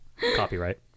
Copyright